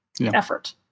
effort